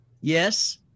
Yes